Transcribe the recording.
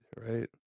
right